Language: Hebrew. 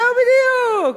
זהו בדיוק.